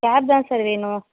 gap தான் sir வேணும்